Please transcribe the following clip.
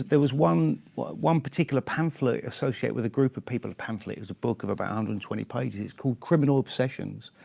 there was one was one particular pamphlet associated with a group of people, a pamphlet. it was a book of about and and twenty pages called criminal obsessions.